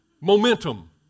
Momentum